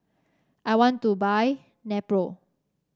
I want to buy Nepro